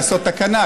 לעשות תקנה,